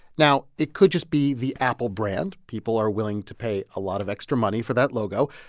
now, it could just be the apple brand. people are willing to pay a lot of extra money for that logo.